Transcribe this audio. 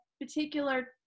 particular